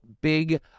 big